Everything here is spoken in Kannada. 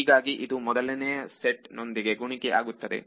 ಹೀಗಾಗಿ ಇದು ಮೊದಲನೆಯ ಸೆಟ್ ನೊಂದಿಗೆ ಗುಣಿಕೆ ಆಗುತ್ತದೆ